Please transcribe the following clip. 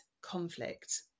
conflict